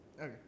Okay